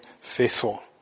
faithful